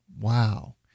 Wow